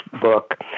book